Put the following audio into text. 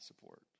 support